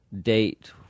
date